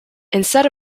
instead